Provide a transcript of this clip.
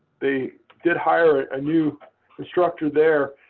they did hire a new instructor there.